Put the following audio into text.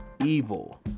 evil